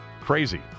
Crazy